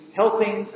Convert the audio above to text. helping